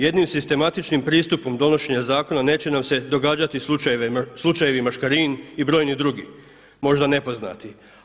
Jednim sistematičnim pristupom donošenja zakona neće nam se događati slučajevi Maškarin i brojni drugi možda nepoznati.